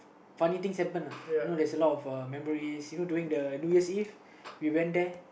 funny things happen lah you know there's a lot of memories you know uh during the New Year's Eve we went there